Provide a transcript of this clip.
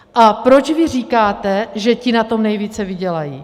A proč vy říkáte, že ti na tom nejvíce vydělají?